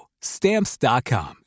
Stamps.com